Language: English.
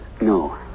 No